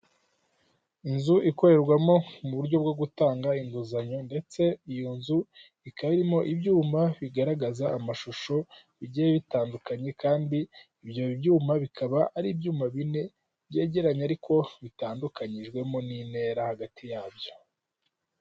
Inzu ikorerwamo mu buryo bwo gutanga inguzanyo ndetse iyo nzu ikaba irimo ibyuma bigaragaza amashusho bigiye bitandukanye kandi ibyo byuma bikaba ari ibyuma bine byegeranye ariko bitandukanyijwemo n'intera hagati yabyo.